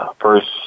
first